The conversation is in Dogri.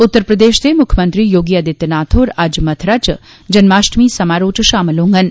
उत्तर प्रदेश दे म्क्खमंत्री योगी आदित्यनाथ होर अज्ज मथुरा च जन्माष्टमी समारोह च शामिल होगंन